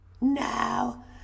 Now